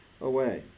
away